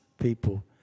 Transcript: people